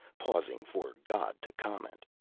pausing for god to comment.